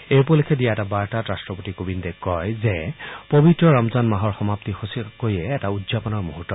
এই উপলক্ষে দিয়া এটা বাৰ্তাত ৰট্টপতি কোবিন্দে কয় যে পৱিত্ৰ ৰমজান মাহৰ সমাপ্তি সঁচাকৈয়ে এটা উদযাপনৰ মুহূৰ্ত